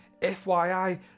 FYI